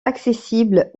accessible